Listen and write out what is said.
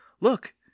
Look